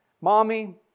Mommy